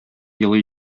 елый